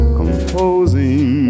composing